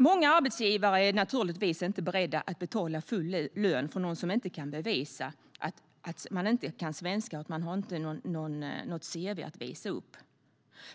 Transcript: Många arbetsgivare är naturligtvis inte beredda att betala full lön till någon som inte kan bevisa att han eller hon kan svenska och som inte har något cv att visa upp.